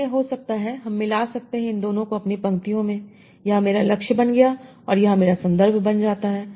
अन्य हो सकता है हम मिला सकते हैं इन दोनों को अपने पंक्तियों में यह मेरा लक्ष्य बन गया है और यह मेरा संदर्भ बन जाता है